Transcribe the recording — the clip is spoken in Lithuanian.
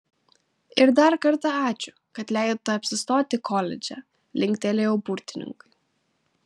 ir dar kartą ačiū kad leidote apsistoti koledže linktelėjau burtininkui